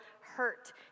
hurt